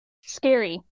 Scary